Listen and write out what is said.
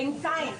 בינתיים,